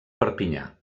perpinyà